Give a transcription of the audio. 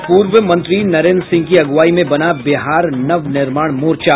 और पूर्व मंत्री नरेन्द्र सिंह की अगुवाई में बना बिहार नव निर्माण मोर्चा